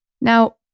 Now